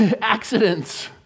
accidents